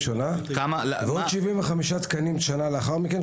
נכון, ועוד 75 תקנים שנה לאחר מכן.